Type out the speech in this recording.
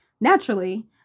naturally